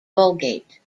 vulgate